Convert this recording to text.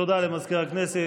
תודה למזכיר הכנסת.